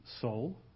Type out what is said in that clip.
soul